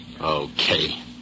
Okay